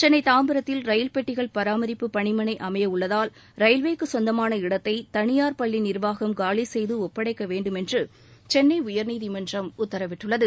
சென்னை தாம்பரத்தில் ரயில் பெட்டிகள் பராமரிப்பு பணிமனை அமையவுள்ளதால் ரயில்வேக்கு சொந்தமான இடத்தை தனியார் பள்ளி நிர்வாகம் காலி செய்து ஒப்படைக்க வேண்டுமென்று சென்னை உயர்நீதிமன்றம் உத்தரவிட்டுள்ளது